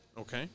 Okay